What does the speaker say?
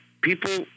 people